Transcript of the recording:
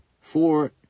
Four